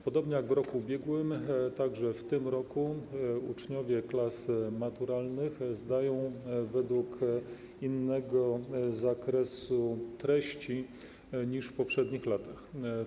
Podobnie jak w roku ubiegłym także w tym roku uczniowie klas maturalnych zdają egzamin według innego zakresu treści niż w poprzednich latach.